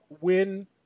win